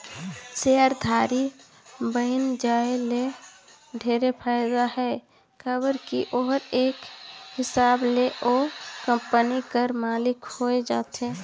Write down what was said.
सेयरधारी बइन जाये ले ढेरे फायदा हे काबर की ओहर एक हिसाब ले ओ कंपनी कर मालिक होए जाथे